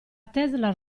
tesla